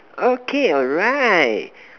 okay alright